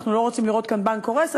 אנחנו לא רוצים לראות כאן בנק קורס.